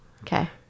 Okay